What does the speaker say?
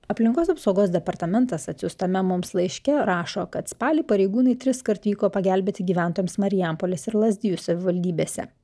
aplinkos apsaugos departamentas atsiųstame mums laiške rašo kad spalį pareigūnai triskart vyko pagelbėti gyventojams marijampolės ir lazdijų savivaldybėse